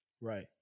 Right